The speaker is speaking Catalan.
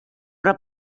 però